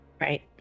Right